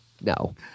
No